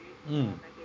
mm